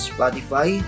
Spotify